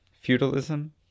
Feudalism